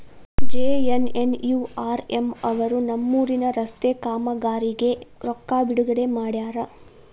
JNNURM ಅವರು ನಮ್ಮೂರಿನ ರಸ್ತೆ ಕಾಮಗಾರಿಗೆ ರೊಕ್ಕಾ ಬಿಡುಗಡೆ ಮಾಡ್ಯಾರ